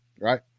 right